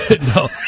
No